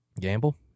Gamble